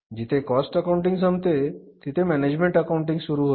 जिथे cost accounting संपते तिथे मॅनेजमेंट अकाऊंट सुरू होते